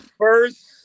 first